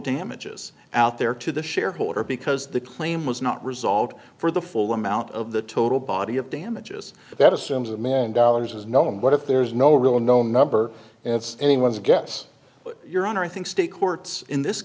damages out there to the shareholder because the claim was not resolved for the full amount of the total body of damages that assumes a million dollars is known but if there's no real unknown number it's anyone's guess but your honor i think state courts in this